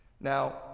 Now